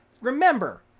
Remember